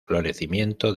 florecimiento